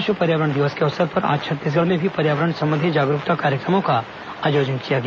विश्व पर्यावरण दिवस के अवसर पर आज छत्तीसगढ़ में भी पर्यावरण संबंधी जागरूकता कार्यक्रमों का आयोजन किया गया